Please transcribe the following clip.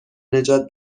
نجات